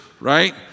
right